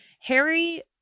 Harry